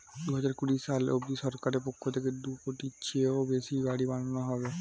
দুহাজার কুড়ি সাল অবধি সরকারের পক্ষ থেকে দুই কোটির চেয়েও বেশি বাড়ি বানানো হবে